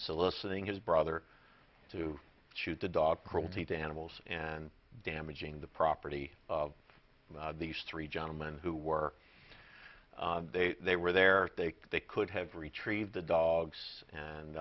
soliciting his brother to shoot the dog protein to animals and damaging the property of these three gentlemen who were they they were there they they could have retrieved the dogs